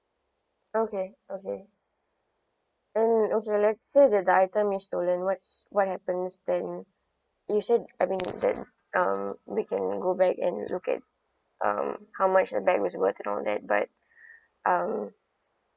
okay okay and okay let's say that the item is stolen what's what happens then you said I mean that uh we can go back and look at um how much the bag was worth and all that but um